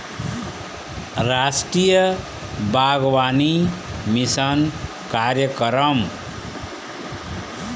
रास्टीय बागबानी मिसन कार्यकरम